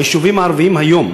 ביישובים הערביים היום,